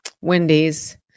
Wendy's